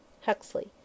Huxley